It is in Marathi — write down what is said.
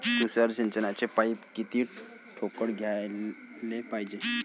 तुषार सिंचनाचे पाइप किती ठोकळ घ्याले पायजे?